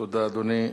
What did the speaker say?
תודה, אדוני.